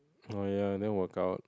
oh ya didn't work out